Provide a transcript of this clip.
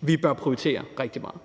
vi bør prioritere rigtig meget,